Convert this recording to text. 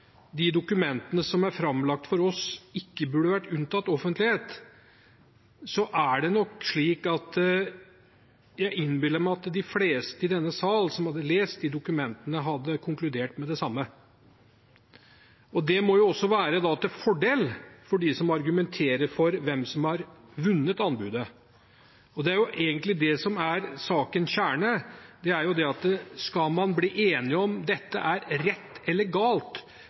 de dokumentene som er framlagt for oss, ikke burde vært unntatt offentlighet, er det nok slik at jeg innbiller meg at de fleste i denne sal som hadde lest de dokumentene, hadde konkludert med det samme. Det må jo være til fordel for dem som argumenterer for dem som har vunnet anbudet. Det er jo egentlig det som er sakens kjerne. Skal man bli enig om dette er rett